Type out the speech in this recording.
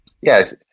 Yes